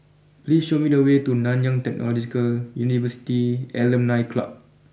please show me the way to Nanyang Technological University Alumni Club